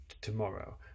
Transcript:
tomorrow